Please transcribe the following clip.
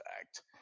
act